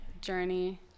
journey